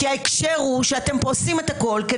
כי ההקשר הוא שאתם הורסים את הכול,